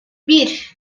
bir